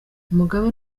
mugabe